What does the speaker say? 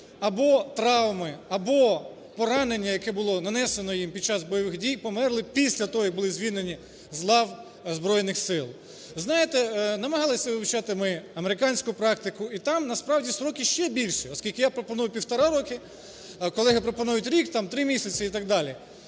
або травми, або поранення, яке було нанесено їм під час бойових дій, померли після того, як були звільнені з лав Збройних Сил. Знаєте, намагалися вивчати ми американську практику і там, насправді, строки ще більше, оскілки я пропоную півтора роки, а колеги пропонують рік, там 3 місяці і так далі.